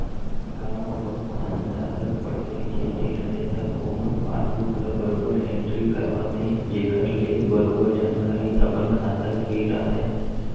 गॉंव म बहुत झन जादा पढ़े लिखे नइ रहयँ त ओमन पासबुक ल बरोबर एंटरी करवाथें जेखर ले बरोबर जानकारी अपन खाता के राहय